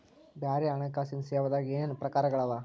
ಬ್ಯಾರೆ ಹಣ್ಕಾಸಿನ್ ಸೇವಾದಾಗ ಏನೇನ್ ಪ್ರಕಾರ್ಗಳವ?